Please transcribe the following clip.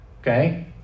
Okay